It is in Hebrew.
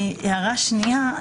הערה שנייה,